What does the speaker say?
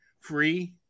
free